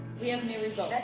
we have new results.